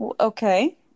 Okay